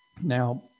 Now